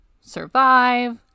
survive